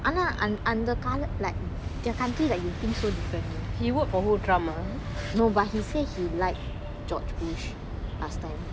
ஆனா அந் அந்த காலத்துல:aana anth antha kalathula your country like no but he said he like george bush last time